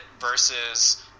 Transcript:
versus